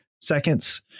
seconds